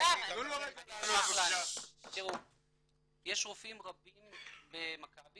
יש רופאים רבים במכבי,